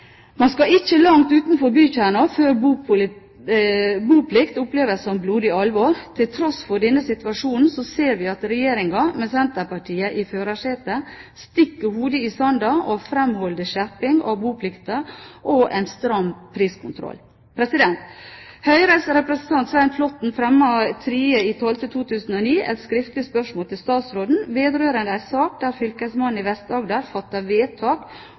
Man skal ikke langt utenfor bykjernen før boplikt oppleves som blodig alvor. Til tross for denne situasjonen ser vi at Regjeringen med Senterpartiet i førersetet stikker hodet i sanden og framholder skjerping av boplikten og en stram priskontroll. Høyres representant Svein Flåtten fremmet 3. desember 2009 et skriftlig spørsmål til statsråden vedrørende en sak der fylkesmannen i Vest-Agder fattet vedtak